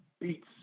beats